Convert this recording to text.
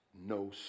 no